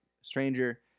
stranger